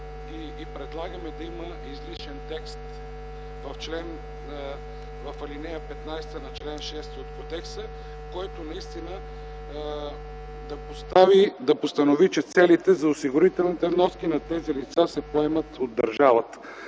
и предлагаме да има изричен текст в ал. 15, на чл. 6 от Кодекса, който да постанови, че целите за осигурителните вноски на тези лица се поемат от държавата.